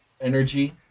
Energy